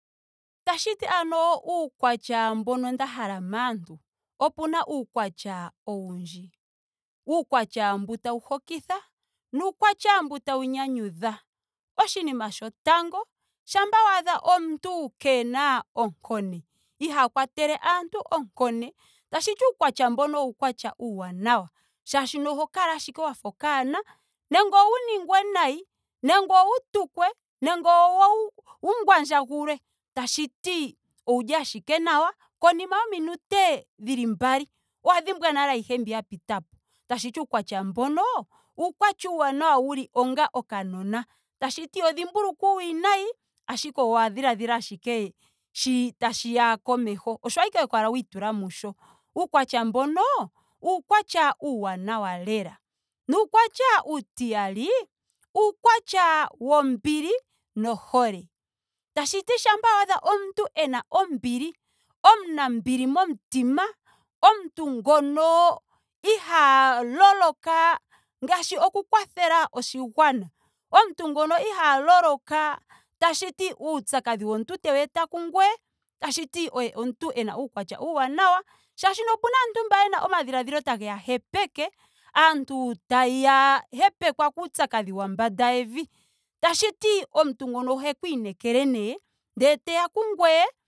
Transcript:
Tashiti ano uukwatya mbono nda hala maantu. opena uukwatya oundji. Uukwatya mbu tau hokitha. nuukwatya mbu tau nyanyudha. Oshinima shotango shampa waadha omuntu keena onkone. ihaa kwatele aantu onkone tashiti uukwatya mbono owo uukwatya uuwanawa. Molwaashoka oho kala ashike wafa okanona. nenge owu ningwe nayi. nenge owu tukwe. nenge owu ngwandjagulwe. tashiti ouli ashike nawa. konima yominute dhili mbali owa dhimbwa nale ayihe mbi ya pita po. Tashiti uukwatya mbono uukwatya uuwanawa wuli onga okanona. Tashiti iho dhimbulukwa uuwinayi. ashike owa dhiladhila ashike shi tashiya komeho. osho ashike ho kala wiitula musho. Uukwatya mbono uukwatya uuwanawa lela. Nuukwatya uutiyali. uukwatya wombili nohole. Tashiti shampa waadha omuntu ena ombili. omunambili momutima. omuntu ngono ihaa loloka ngaashi oku kwathela oshigwana. omuntu ngono ihaa loloka tashiti uupyakadhi womuntu tewu eta kungoye. tashiti oye omuntu ena uukwatya uuwanawa. molwaashoka opena aantu mboka yena omadhiladhilo tageya hepeke. aantu taya hepekwa kuupyakadhi wa mbanda yevi. tashsistsi omuntu ngono oheku inekele nee. ndee teya kungoye